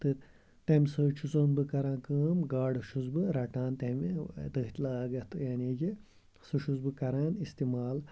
تہٕ تَمہِ سۭتۍ چھُس بہٕ کَران کٲم گاڈٕ چھُس بہٕ رَٹان تَمہِ تٔتھۍ لاگَتھ یعنی کہِ سُہ چھُس بہٕ کَران استعمال